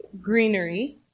greenery